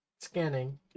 Scanning